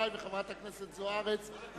הכנסת זוארץ וחבר הכנסת נחמן שי.